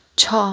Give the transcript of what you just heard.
छ